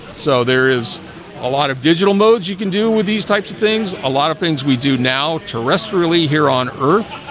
so there is a lot of digital modes you can do with these types of things a lot of things we do now terrestrially here on earth,